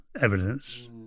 evidence